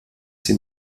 sie